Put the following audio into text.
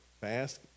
fast